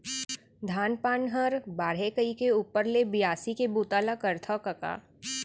धान पान हर बाढ़य कइके ऊपर ले बियासी के बूता ल करथव कका